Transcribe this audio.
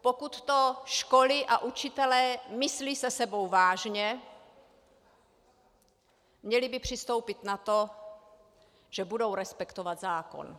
Pokud to školy a učitelé myslí se sebou vážně, měli by přistoupit na to, že budou respektovat zákon.